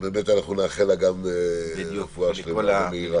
נאחל לה רפואה שלמה ומהירה.